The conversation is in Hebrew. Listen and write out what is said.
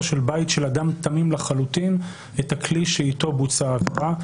של בית של אדם תמים לחלוטין את הכלי שאיתו בוצעה העבירה.